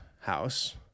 house